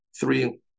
three